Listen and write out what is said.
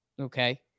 Okay